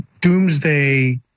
doomsday